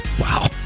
Wow